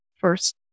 first